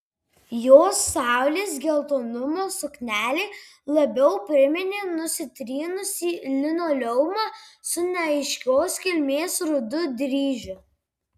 jos saulės geltonumo suknelė labiau priminė nusitrynusį linoleumą su neaiškios kilmės rudu dryžiu